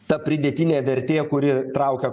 ta pridėtinė vertė kuri traukia